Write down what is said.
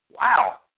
Wow